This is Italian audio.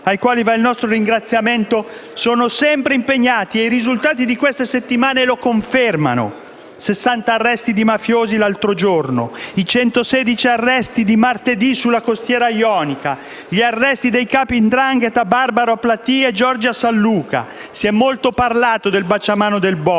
alle quali va il nostro ringraziamento, sono sempre impegnate e i risultati delle ultime settimane lo confermano: 60 arresti di mafiosi l'altro giorno, 116 arresti di martedì sulla costiera ionica, gli arresti dei capi 'ndrangheta Barbaro a Platì e Giorgi a San Luca. Si è molto parlato del baciamano del *boss*.